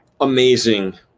amazing